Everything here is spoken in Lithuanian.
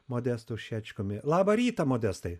modesto šečkumi labą rytą modestai